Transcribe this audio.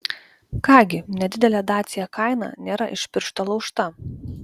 ką gi nedidelė dacia kaina nėra iš piršto laužta